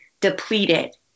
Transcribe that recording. depleted